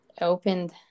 opened